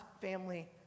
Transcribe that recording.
family